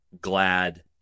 glad